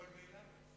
כל מלה?